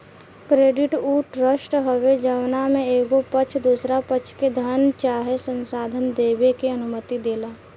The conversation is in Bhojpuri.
क्रेडिट उ ट्रस्ट हवे जवना में एगो पक्ष दोसरा पक्ष के धन चाहे संसाधन देबे के अनुमति देला